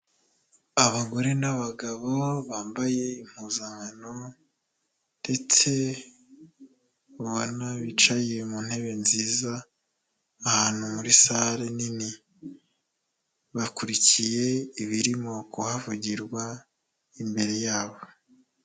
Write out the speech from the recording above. Abagore n'abagabo bambaye impuzankano ndetse ubona bicaye mu ntebe nziza ahantu muri sare nini, bakurikiye ibirimo kuhavugirwa imbere yabo.